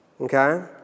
Okay